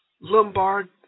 Lombard